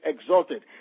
exalted